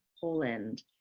Poland